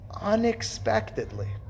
unexpectedly